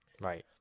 Right